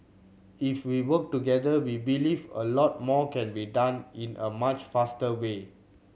if we work together we believe a lot more can be done in a much faster way